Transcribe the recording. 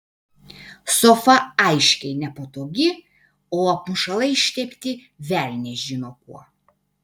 sofa aiškiai nepatogi o apmušalai ištepti velnias žino kuo